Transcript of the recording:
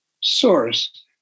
source